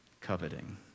coveting